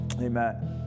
Amen